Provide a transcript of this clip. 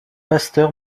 pasteur